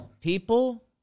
people